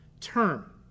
term